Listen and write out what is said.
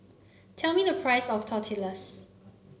tell me the price of Tortillas